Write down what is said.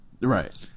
Right